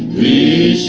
the